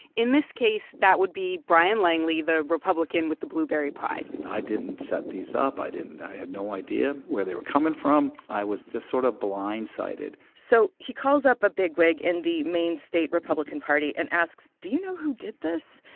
in this case, that would be brian langley, the republican with the blueberry pie i didn't set these up i didn't. i have no idea where they were coming from i was just sort of blindsided so he calls up a bigwig in the main state republican party and asks, do you know who did this?